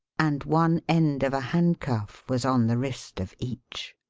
and one end of a handcuff was on the wrist of each.